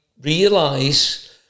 realise